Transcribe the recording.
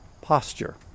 posture